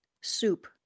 soup